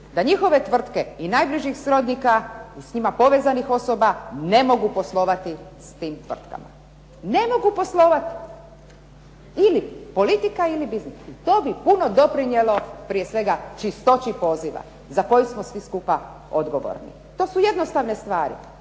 da njihove tvrtke i najbližih srodnika i s njima povezanih osoba ne mogu poslovati s tim tvrtkama. Ne mogu poslovati. Ili politika ili biznis. I to bi puno doprinijelo prije svega čistoći poziva, za koji smo svi skupa odgovorni. To su jednostavne stvari.